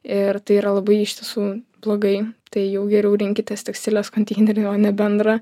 ir tai yra labai iš tiesų blogai tai jau geriau rinkitės tekstilės konteinerį o ne bendrą